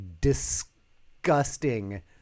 disgusting